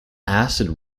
acid